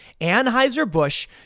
Anheuser-Busch